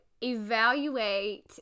evaluate